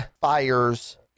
fires